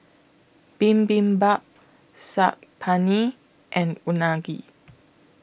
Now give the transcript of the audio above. Bibimbap Saag Paneer and Unagi